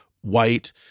white